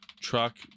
Truck